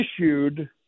issued